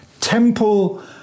temple